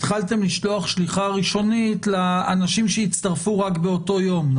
התחלתם לשלוח שליחה ראשונית לאנשים שהצטרפו רק באותו יום,